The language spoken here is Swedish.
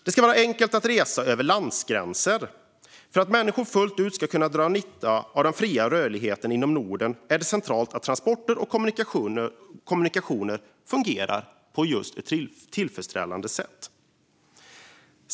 Det ska vara enkelt att resa över landsgränser. För att människor fullt ut ska kunna dra nytta av den fria rörligheten inom Norden är det centralt att transporter och kommunikationer fungerar på ett tillfredsställande sätt.